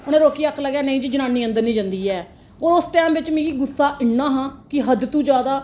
उनें रोकी आखन लगे नेईं जी जनानी अंदर नी जंदी ऐ होर उस टैम बिच्च मिगी गुस्सा इ'न्ना हा कि हद्द तू जादा